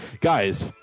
guys